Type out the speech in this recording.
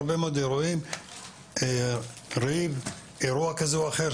רואים אירוע כזה או אחר,